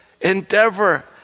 endeavor